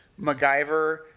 MacGyver